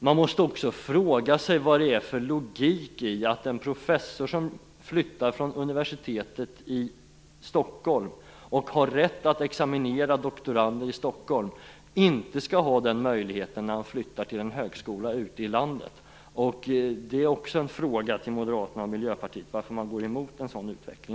Vad är det för logik i att en professor som flyttar från Universitetet i Stockholm och som har rätt att examinera doktorander i Stockholm inte skall ha den möjligheten när han flyttar till en högskola ute i landet? Varför går Moderaterna och Miljöpartiet mot en sådan utveckling?